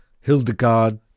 Hildegard